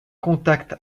contact